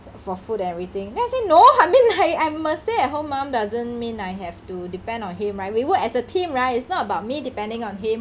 for food and everything then I say no I mean I I'm a stay-at-home mum doesn't mean I have to depend on him right we work as a team right it's not about me depending on him